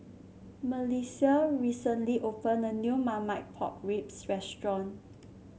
MelissiA recently opened a new Marmite Pork Ribs restaurant